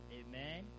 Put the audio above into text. amen